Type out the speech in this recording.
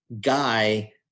guy